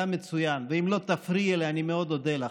היה מצוין, ואם לא תפריעי לי, אני מאוד אודה לך.